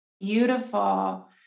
Beautiful